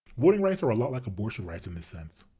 voting rights are a lot like abortion rights in this sense.